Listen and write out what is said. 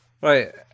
Right